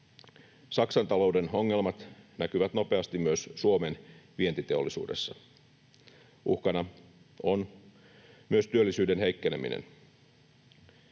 Saksan talouden ongelmat näkyvät nopeasti myös Suomen vientiteollisuudessa. Uhkana on myös työllisyyden heikkeneminen.